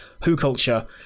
WhoCulture